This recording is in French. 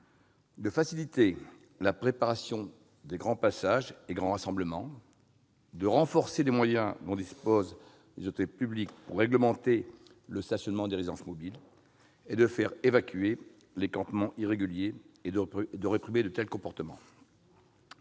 à simplifier la préparation des grands passages et des grands rassemblements, à renforcer les moyens dont disposent les autorités publiques pour réglementer le stationnement des résidences mobiles, à faciliter l'évacuation des campements irréguliers et à mieux réprimer certains comportements.